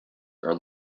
are